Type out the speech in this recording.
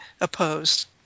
opposed